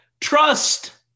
trust